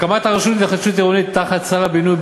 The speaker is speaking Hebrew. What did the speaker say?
הקמת הרשות להתחדשות עירונית תחת שר הבינוי,